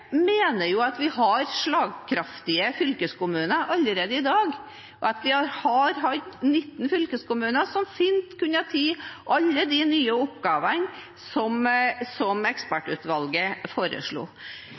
at vi har 19 fylkeskommuner som fint kunne ha tatt alle de nye oppgavene som